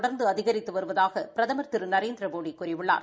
தொடர்ந்து அதிகரித்து வருவதாக பிரதமர் திரு நரேந்திரமோடி கூறியுள்ளார்